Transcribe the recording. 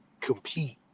compete